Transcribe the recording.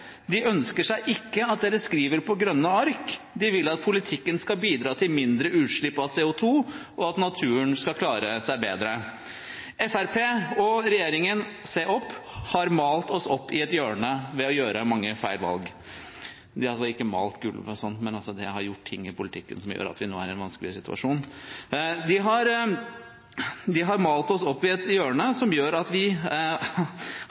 De ønsker ikke at dere skriver på grønne ark, de vil at politikken skal bidra til mindre utslipp av CO2, og at naturen skal klare seg bedre. Fremskrittspartiet og regjeringen – se opp! – har malt oss opp i et hjørne ved å gjøre mange gale valg. De har altså ikke malt gulvet, men gjort ting i politikken som gjør at vi nå er i en vanskelig situasjon. De har malt oss opp i et hjørne,